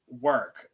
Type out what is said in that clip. work